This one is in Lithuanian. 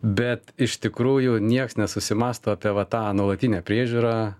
bet iš tikrųjų nieks nesusimąsto apie va tą nuolatinę priežiūrą